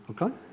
Okay